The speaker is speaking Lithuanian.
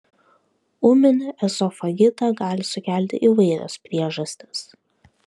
ūminį ezofagitą gali sukelti įvairios priežastys